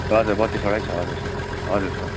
ताजा बत्तिसवटै छ हजुर सर हजुर सर